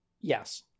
Yes